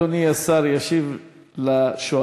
אדוני השר ישיב לשואלים.